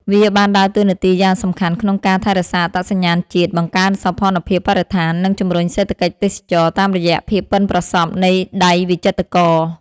វាបានដើរតួនាទីយ៉ាងសំខាន់ក្នុងការ ថែរក្សាអត្តសញ្ញាណជាតិ បង្កើនសោភ័ណភាពបរិស្ថាន និង ជំរុញសេដ្ឋកិច្ចទេសចរណ៍ តាមរយៈភាពប៉ិនប្រសប់នៃដៃវិចិត្រករ។